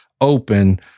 open